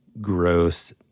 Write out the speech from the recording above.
gross